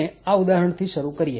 આપણે આ ઉદાહરણ થી શરૂ કરીએ